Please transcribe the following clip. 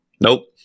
Nope